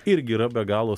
irgi yra be galo